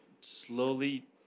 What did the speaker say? slowly